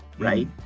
Right